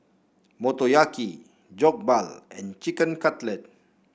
Motoyaki Jokbal and Chicken Cutlet